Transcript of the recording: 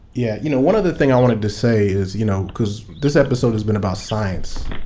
yeah you know, one other thing i wanted to say is, you know, because this episode has been about science.